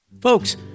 Folks